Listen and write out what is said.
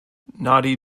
naughty